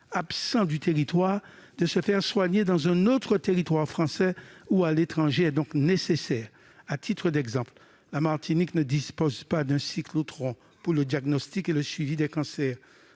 absent du territoire de se faire soigner dans un autre territoire français ou à l'étranger, est donc nécessaire. À titre d'exemple, la Martinique ne dispose pas d'un cyclotron pour le diagnostic et le suivi des cancers.